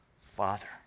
father